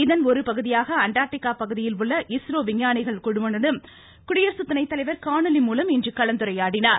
இதன்ஒருபகுதியாக Antarctica பகுதிகளில் உள்ள ISRO விஞ்ஞானிகள் குழுவுடனும் குடியரசு துணைத்தலைவர் காணொலி மூலம் இன்று கலந்துரையாடினார்